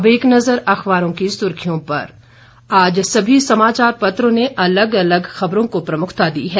अब एक नज़र अखबारों की सुर्खियों पर आज सभी समाचार पत्रों ने अलग अलग खबरों को प्रमुखता दी है